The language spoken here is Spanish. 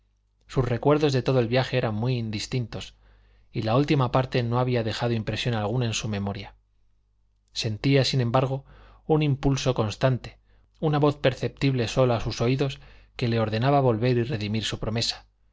sus recuerdos de todo el viaje eran muy indistintos y la última parte no había dejado impresión alguna en su memoria sentía sin embargo un impulso constante una voz perceptible sólo a sus oídos que le ordenaba volver y redimir su promesa